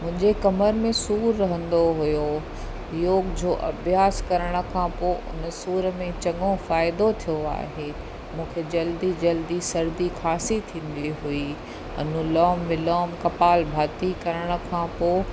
मुंहिंजे कमर में सूरु रहंदो हुओ योग जो अभ्यासु करण खां पो उन सूरु में चङो फ़ाइइदो थियो आहे मूंखे जल्दी जल्दी सर्दी खासी थींदी हुई अनुलोम विलोम कपाल भाती करण खां पोइ